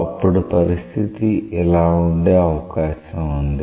అప్పుడు పరిస్థితి ఇలా ఉండే అవకాశం ఉంది